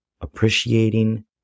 appreciating